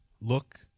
look